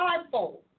fivefold